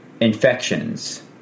Infections